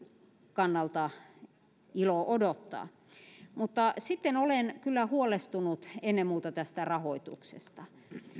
kannalta ilo odottaa sitten olen kyllä huolestunut ennen muuta tästä rahoituksesta